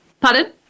pardon